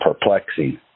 perplexing